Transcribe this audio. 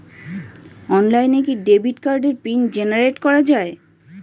অনলাইনে কি ডেবিট কার্ডের পিন জেনারেট করা যায়?